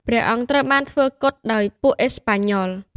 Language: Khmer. ព្រះអង្គត្រូវបានធ្វើគុតដោយពួកអេស្ប៉ាញ៉ុល។